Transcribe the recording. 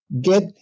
Get